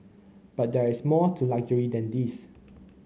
but there is more to luxury than these